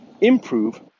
improve